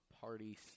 party